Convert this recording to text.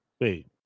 Wait